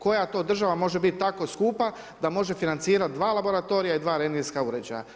Koja to država može bit tako skupa da može financirati dva laboratorija i dva rendgenska uređaja?